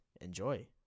enjoy